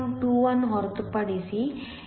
21 ಹೊರತುಪಡಿಸಿ ಈ ಎತ್ತರವು 0